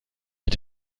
mit